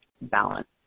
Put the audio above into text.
balance